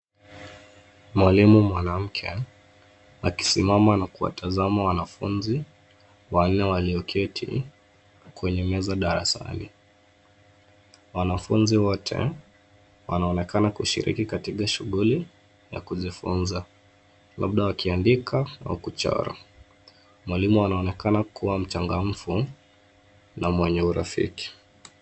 Mwalimu mwanamke akisimama na kuwatazama wanafunzi wanne walioketi kwenye meza darasani, wanafunzi wote wanaonekana kushiriki katika shughuli ya kujifunza labda wakiandika kwa kuchora, mwalimu anaonekana kuwa mchangamfu na mwenye urafiki.